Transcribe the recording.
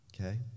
okay